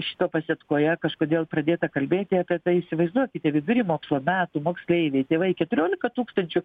šito pasetkoje kažkodėl pradėta kalbėti apie tai įsivaizduokite vidury mokslo metų moksleiviai tėvai keturiolika tūkstančių